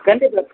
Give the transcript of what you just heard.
கண்டிப்பாக